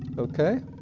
okay